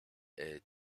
est